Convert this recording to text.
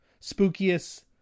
spookiest